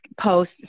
post